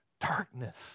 darkness